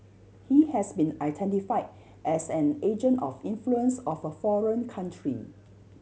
he has been identify as an agent of influence of a foreign country